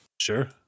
Sure